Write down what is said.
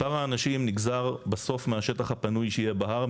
מספר האנשים נגזר בסוף מהשטח הפנוי שיהיה בהר.